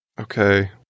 Okay